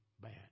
bad